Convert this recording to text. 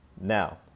Now